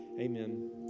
Amen